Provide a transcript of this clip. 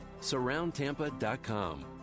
Surroundtampa.com